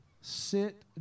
Sit